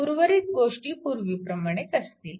उर्वरित गोष्टी पूर्वीप्रमाणेच असतील